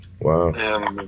Wow